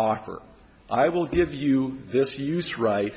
ocker i will give you this use right